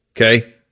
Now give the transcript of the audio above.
Okay